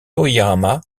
toyama